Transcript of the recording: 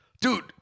Dude